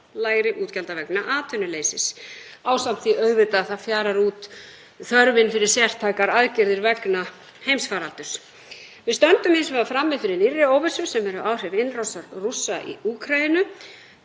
lægri útgjalda vegna atvinnuleysis ásamt því auðvitað að þörfin fyrir sértækar aðgerðir vegna heimsfaraldurs fjarar út. Við stöndum hins vegar frammi fyrir nýrri óvissu sem eru áhrif innrásar Rússa í Úkraínu.